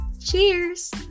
Cheers